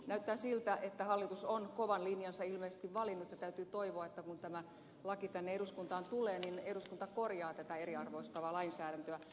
näyttää siltä että hallitus on kovan linjansa ilmeisesti valinnut ja täytyy toivoa että kun tämä laki tänne eduskuntaan tulee niin eduskunta korjaa tätä eriarvoistavaa lainsäädäntöä